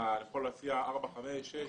יכול להסיע ארבע, חמש, שש?